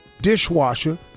dishwasher